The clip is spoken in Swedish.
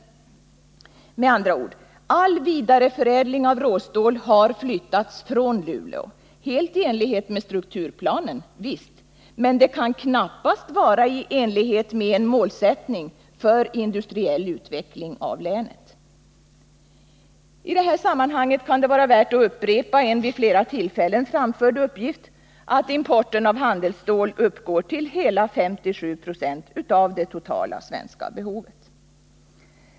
Med andra ord: all vidareförädling av råstål har flyttats från Luleå. Det har skett helt i enlighet med strukturplanen, men det kan knappast vara i enlighet med en målsättning för industriell utveckling av länet. I det här sammanhanget kan det vara värt att upprepa en vid flera tillfällen framförd uppgift, nämligen att importen av handelsstål uppgår till hela 57 926 av det totala svenska behovet.